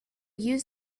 use